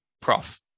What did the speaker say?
prof